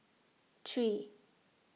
three